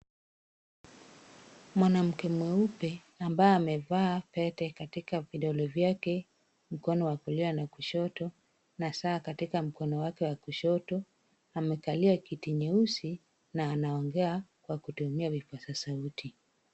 Mwanamke mweupe ambaye amevaa pete katika vidole vyake mkono wakulia na kushoto na saa katika mkono wake wa kushoto, amekalia kiti nyeusi na anaongea kwa kutumia vipasa sauti.